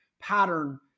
pattern